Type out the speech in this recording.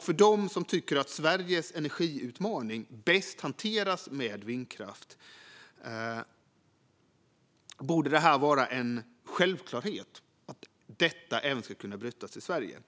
För dem som tycker att Sveriges energiutmaning bäst hanteras med vindkraft borde det vara en självklarhet att dysprosium även bryts i Sverige.